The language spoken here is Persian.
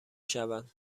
شوند